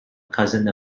cousin